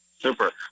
Super